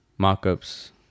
mock-ups